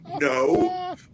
No